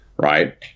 right